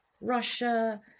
Russia